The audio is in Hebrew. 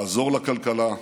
לעזור לכלכלה,